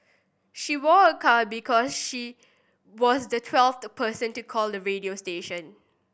she won a car because she was the twelfth person to call the radio station